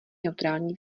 neutrální